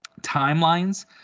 timelines